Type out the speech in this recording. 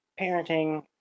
parenting